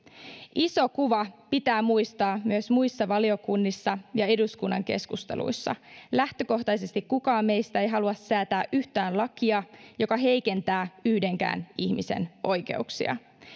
iso kuva pitää muistaa myös muissa valiokunnissa ja eduskunnan keskusteluissa lähtökohtaisesti kukaan meistä ei halua säätää yhtään lakia joka heikentää yhdenkään ihmisen oikeuksia